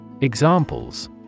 Examples